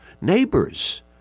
neighbors